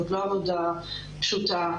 זאת לא עבודה פשוטה,